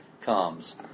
comes